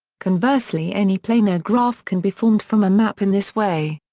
conversely any planar graph can be formed from a map in this way.